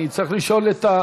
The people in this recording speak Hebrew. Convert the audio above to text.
אני צריך לשאול את,